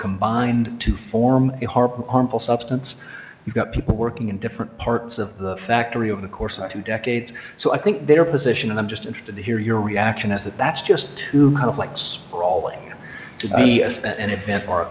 combined to form a harp harmful substance you've got people working in different parts of the factory over the course of two decades so i think their position and i'm just interested to hear your reaction is that that's just to kind of like